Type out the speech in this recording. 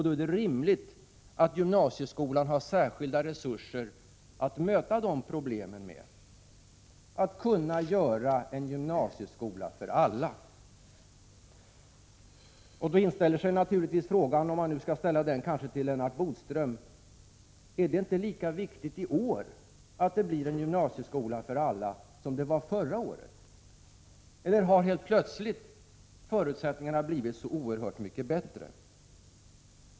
Då är det rimligt att gymnasieskolan får särskilda resurser för att kunna möta dessa problem och för att kunna vara en gymnasieskola för alla. Då inställer sig naturligtvis frågan, som kanske skall ställas till Lennart Bodström: Är det inte lika viktigt i år som det var förra året att det blir en gymnasieskola för alla, eller har förutsättningarna helt plötsligt blivit så oerhört mycket bättre?